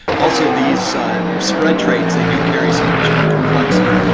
also, these spread trades they do carry some additional complexity.